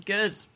Good